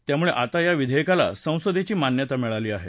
त्यामुळे आता या विधेयकाला संसदेची मान्यता मिळाली आहे